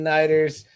Nighters